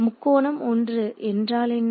முக்கோணம்1 என்றால் என்ன